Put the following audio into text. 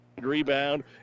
Rebound